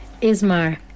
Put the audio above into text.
Ismar